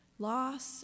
Loss